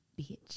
bitch